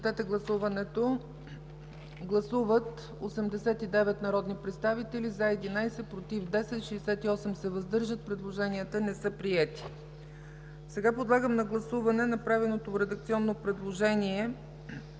Подлагам на гласуване направеното редакционно предложение